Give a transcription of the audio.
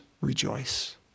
rejoice